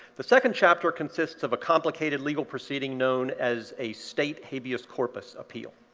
the second chapter consists of a complicated legal proceeding known as a state habeas corpus appeal.